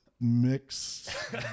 mix